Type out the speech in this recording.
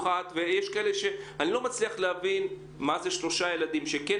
אני רוצה לדייק, הילדים האלה לא